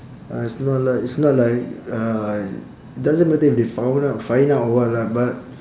uh it's not like it's not like uh doesn't matter if they found out find out or what lah but